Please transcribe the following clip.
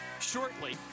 shortly